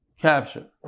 Capture